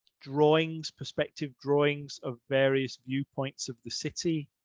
drawings, perspective drawings of various viewpoints of the city,